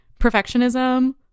perfectionism